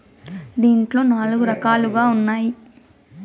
దీంట్లో నాలుగు రకాలుగా ఉన్నాయి